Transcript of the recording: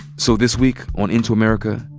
so this week on into america,